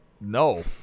No